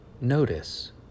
Notice